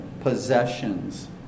possessions